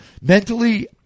mentally